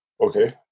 okay